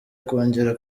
kongera